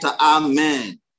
amen